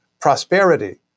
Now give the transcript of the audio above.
prosperity